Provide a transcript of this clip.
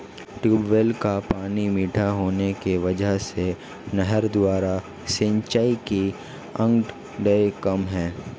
tubewell का पानी मीठा होने की वजह से नहर द्वारा सिंचाई के आंकड़े कम है